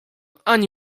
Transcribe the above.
ani